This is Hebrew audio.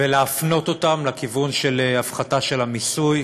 ולהפנות אותם לכיוון של הפחתה של המיסוי.